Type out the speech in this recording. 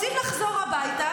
רוצים לחזור הביתה.